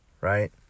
right